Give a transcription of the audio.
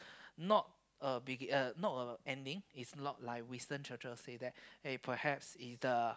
not a begin uh not a ending it's not like Winston-Churchill say that hey perhaps it's the